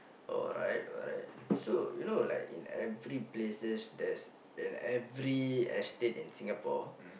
alright alright so you know like in every places there's in every estates in Singapore